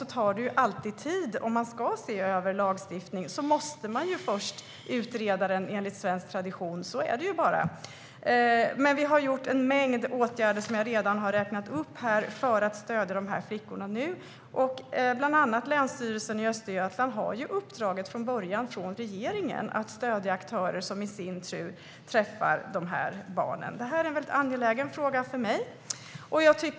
Det tar dock tid att se över lagstiftning, för enligt svensk tradition måste man först utreda den. Jag har redan räknat upp en mängd åtgärder som vi har vidtagit för att stödja dessa flickor. Bland annat har Länsstyrelsen Östergötland i uppdrag från regeringen att stödja aktörer som i sin tur träffar dessa barn. Det är en angelägen fråga för mig.